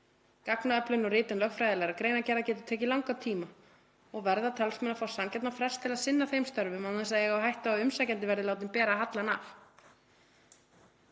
Gagnaöflun og ritun lögfræðilegra greinargerða getur tekið langan tíma og verða talsmenn að fá sanngjarnan frest til að sinna þeim störfum án þess að eiga hættu á að umsækjandi verði látinn bera hallann af.